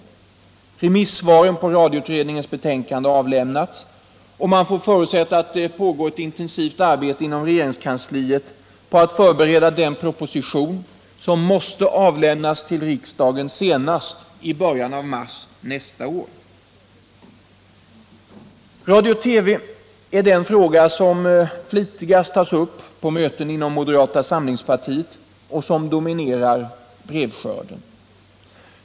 Remissvaren på radioutredningens betänkande har avlämnats, och man får förutsätta att det pågår ett intensivt arbete inom regeringskansliet på att förbereda den proposition som måste avlämnas till riksdagen senast i början av mars nästa år. Radio/TV är den fråga som flitigast tas upp på möten inom moderata samlingspartiet och som dominerar brevskörden.